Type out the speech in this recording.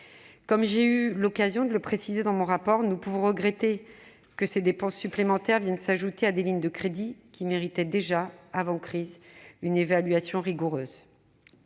Comme j'ai eu l'occasion de le préciser dans mon rapport, nous pouvons regretter que ces dépenses supplémentaires viennent s'ajouter à des lignes de crédits qui méritaient déjà, avant la crise, une évaluation rigoureuse.